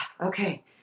okay